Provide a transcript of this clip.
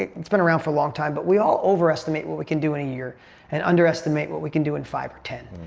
it's been around for a long time but we all overestimate what we can do in a year and underestimate what we can do in five or ten.